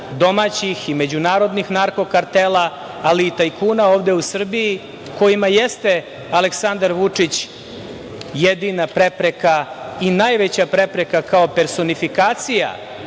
domaćih i međunarodnih narko kartela, ali i tajkuna ovde u Srbiji. Njima je Aleksandar Vučić jedina prepreka i najveća prepreka, kao personifikacija